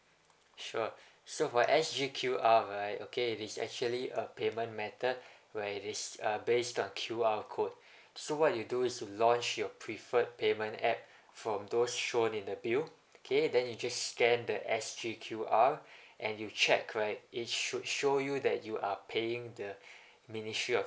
sure so for S_G_Q_R right okay it is actually a payment method where it is uh based on Q_R code so what you do is you launch your preferred payment app from those shown in the bill okay then you just scan the S_G_Q_R and you check right it should show you that you are paying the ministry of